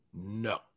No